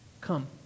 Come